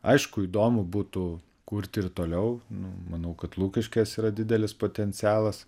aišku įdomu būtų kurti ir toliau manau kad lukiškės yra didelis potencialas